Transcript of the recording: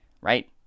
right